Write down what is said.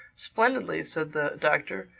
splendidly, said the doctor.